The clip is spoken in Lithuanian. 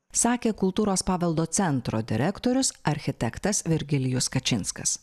sakė kultūros paveldo centro direktorius architektas virgilijus kačinskas